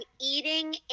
eating